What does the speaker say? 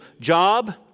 job